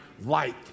light